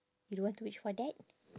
you don't want to wish for that